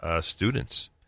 students